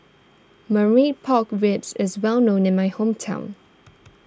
Marmite Pork Ribs is well known in my hometown